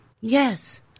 Yes